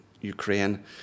Ukraine